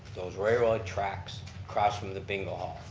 those railroad tracks across from the bingo hall.